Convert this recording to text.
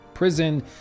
prison